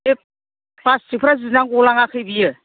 बे प्लासथिकफ्रा जिनानै गलाङाखै बियो